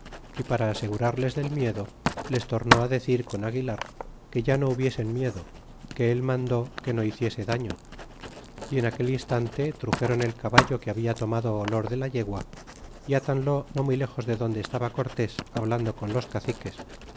y para asegurarles del miedo les tornó decir con aguilar que ya no hubiesen miedo que él mandó que no hiciese daño y en aquel instan te truxéron el caballo que habla tomado olor de la yegua y tanlo no muy lejos de donde estaba cortés hablando con los caciques